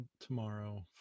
tomorrow